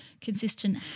consistent